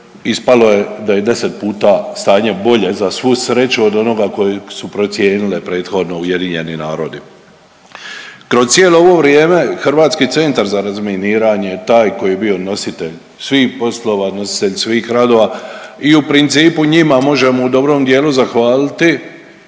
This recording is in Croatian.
ispalo je da je deset puta stanje bolje za svu sreću od onoga koju su procijenile prethodno UN. Kroz cijelo ovo vrijeme HCR je taj koji je bio nositelj svih poslova, nositelj svih radova i u principu njima možemo u dobrom dijelu zahvaliti uz podršku svih